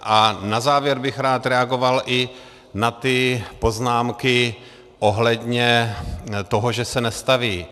A na závěr bych rád reagoval i na ty poznámky ohledně toho, že se nestaví.